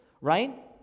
right